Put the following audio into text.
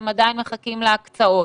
הם עדיין מחכים להקצאות.